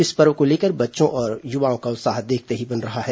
इस पर्व को लेकर बच्चों और युवाओं का उत्साह देखते ही बन रहा है